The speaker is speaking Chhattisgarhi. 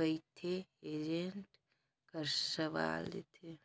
बइथे एजेंट हर सलाव देथे